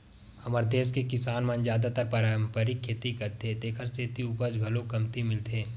हमर देस के किसान मन जादातर पारंपरिक खेती करथे तेखर सेती उपज घलो कमती मिलथे